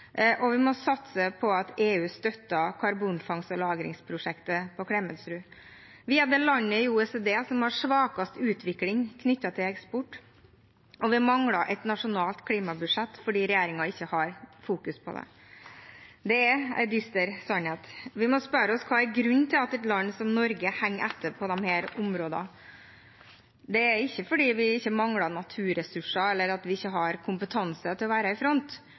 og vi må satse på at EU støtter karbonfangst og lagringsprosjektet på Klemetsrud. Vi er det landet i OECD som har svakest utvikling knyttet til eksport, og vi mangler et nasjonalt klimabudsjett fordi regjeringen ikke fokuserer på det. Det er en dyster sannhet. Vi må spørre oss hva grunnen er til at et land som Norge henger etter på disse områdene. Det er ikke fordi vi mangler naturressurser eller ikke har kompetanse til å være i front